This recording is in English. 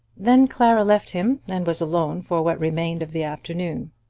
then clara left him and was alone for what remained of the afternoon.